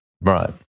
Right